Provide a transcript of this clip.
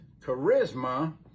charisma